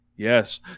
Yes